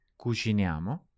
Cuciniamo